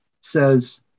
says